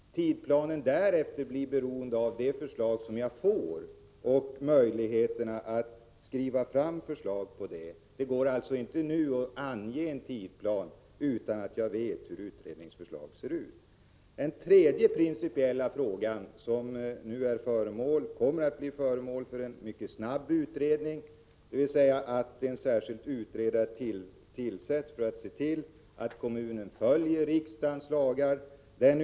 Tidsplanen därefter blir beroende av det förslag jag får från beredningen och möjligheterna att skriva ett regeringsförslag på det. Det går alltså inte att nu, innan jag vet hur utredningens förslag ser ut, ange en tidsplan för det. Den tredje principiella frågan kommer att bli föremål för en mycket snabb utredning — en särskild utredare tillsätts för att se till att kommunen följer riksdagens lagar.